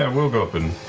ah we'll go up and.